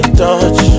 touch